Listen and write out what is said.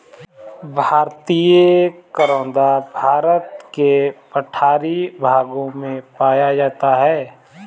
भारतीय करोंदा भारत के पठारी भागों में पाया जाता है